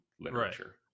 literature